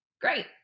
Great